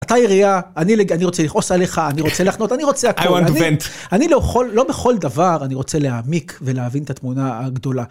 אתה עירייה, אני רוצה לכעוס עליך, אני רוצה לחנות, אני רוצה, אני לא בכל דבר אני רוצה להעמיק ולהבין את התמונה הגדולה.